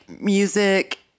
music